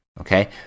Okay